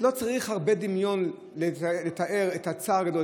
לא צריך הרבה דמיון לתאר את הצער הגדול,